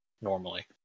normally